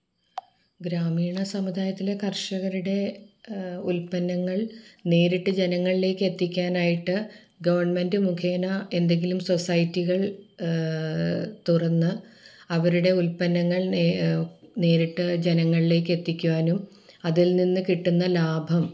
ഗ്രാമീണ സമുദായത്തിലെ കർഷകരുടെ ഉൽപ്പന്നങ്ങൾ നേരിട്ട് ജനങ്ങൾലേക്കെത്തിക്കാനായിട്ട് ഗെവൺമെൻറ്റ് മുഖേന എന്തെങ്കിലും സൊസൈറ്റികൾ തുറന്ന് അവരുടെ ഉൽപ്പന്നങ്ങൾ നേ നേരിട്ട് ജനങ്ങൾലേക്കെത്തിക്കുവാനും അതിൽ നിന്ന് കിട്ടുന്ന ലാഭം